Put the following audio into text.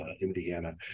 Indiana